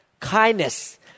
kindness